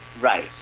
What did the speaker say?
Right